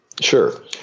Sure